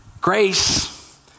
Grace